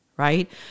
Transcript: right